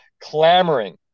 clamoring